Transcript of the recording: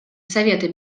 совета